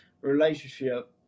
relationship